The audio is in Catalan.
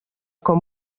com